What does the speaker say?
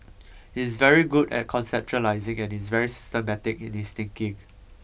he's very good at conceptualising and is very systematic in his thinking